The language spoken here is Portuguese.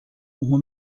uma